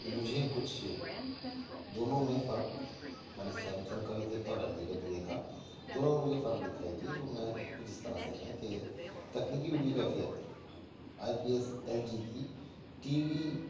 مجھے کچھ دونوں میں فرق میں نے سیمسنگ کا بھی دیکھا اور ایل جی کا بھی دیکھا دونوں میں مجھے فرق دکھائی دیے جو میں کچھ اس طرح سے ہیں کہ تکنیکی ویڈیو کیفیت I P S L G کی ٹی وی